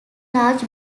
large